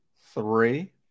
Three